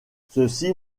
ceci